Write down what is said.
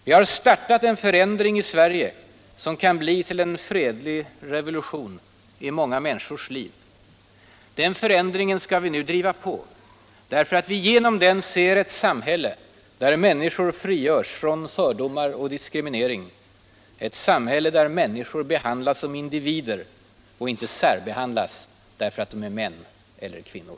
Vi har startat en förändring i Sverige som kan bli till en fredlig re debatt 75 Allmänpolitisk debatt volution i många människors liv. Den förändringen skall vi nu driva på därför att vi genom den ser ett samhälle där människor frigörs från fördomar och diskriminering, ett samhälle där människor behandlas som individer och inte särbehandlas därför att de är män eller kvinnor.